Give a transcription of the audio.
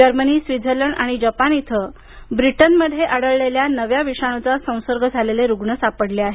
जर्मनीस्वित्झर्लंड आणि जपान इथं ब्रिटनमध्ये आढळलेल्या नव्या विषाणूचा संसर्ग झालेले रुग्ण सापडले आहे